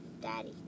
Daddy